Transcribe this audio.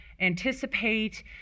anticipate